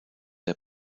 der